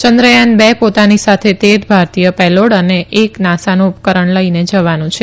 ચંદ્રયાન બે પોતાની સાથે તેર ભારતીય પેલોડ અને એક નાસાનું ઉપકરણ લઈને જવાનું છે